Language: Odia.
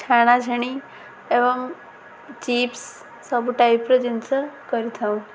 ଛାଣା ଛଣି ଏବଂ ଚିପ୍ସ ସବୁ ଟାଇପ୍ର ଜିନିଷ କରିଥାଉ